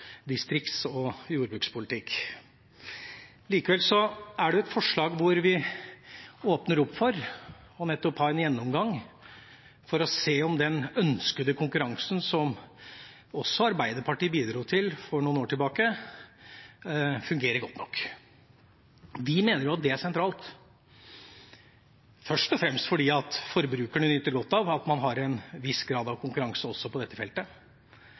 distrikts- og jordbrukspolitikk. Likevel er det et forslag hvor vi åpner opp for og nettopp har en gjennomgang for å se om den ønskede konkurransen, som også Arbeiderpartiet bidro til for noen år tilbake, fungerer godt nok. Vi mener det er sentralt først og fremst fordi forbrukerne nyter godt av at man har en viss grad av konkurranse også på dette feltet,